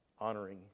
honoring